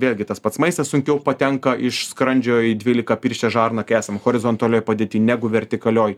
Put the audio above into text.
vėlgi tas pats maistas sunkiau patenka iš skrandžio į dvylikapirštę žarną kai esam horizontalioj padėty negu vertikalioj